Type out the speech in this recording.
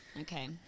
Okay